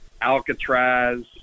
Alcatraz